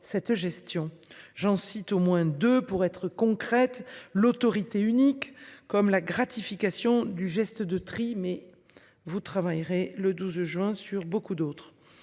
cette gestion. J'en cite au moins deux pour être concrète l'autorité unique comme la gratification du geste de tri mais vous travaillerez le 12 juin sur beaucoup d'autres